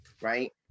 right